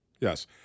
Yes